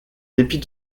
dépit